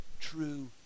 true